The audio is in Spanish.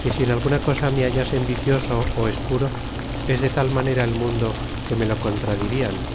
que si en alguna cosa me hallasen vicioso o escuro es de tal manera el mundo que me lo contradirian